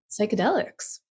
psychedelics